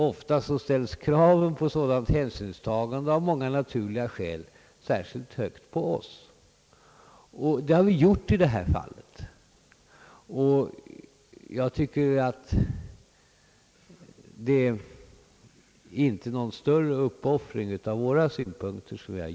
Ofta ställs kraven på sådant hänsynstagande av många naturliga skäl särskilt högt på oss. Det har man gjort i det här fallet. Vi har dock inte gjort någon större uppoffring av våra synpunkter.